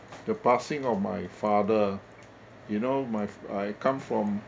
the passing of my father you know my f~ I come from